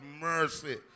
mercy